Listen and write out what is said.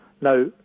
Now